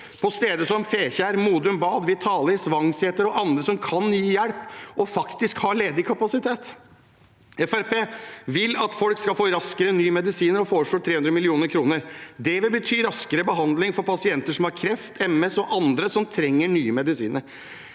på steder som Fekjær, Modum Bad, Vitalis, Vangseter og andre som kan gi hjelp og faktisk har ledig kapasitet. Fremskrittspartiet vil at folk raskere skal få nye medisiner og foreslår 300 mill. kr. Det vil bety raskere behandling for pasienter som har kreft og MS, og andre som trenger nye medisiner.